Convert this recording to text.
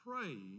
praying